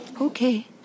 Okay